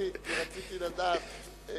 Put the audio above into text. כי רציתי לדעת,